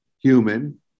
human